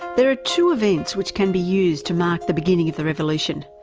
there are two events which can be used to mark the beginning of the revolution,